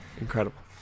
Incredible